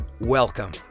welcome